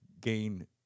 gain